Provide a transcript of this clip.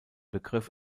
begriff